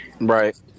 Right